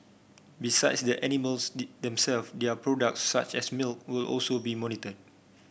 besides the animals their products such as milk will also be monitored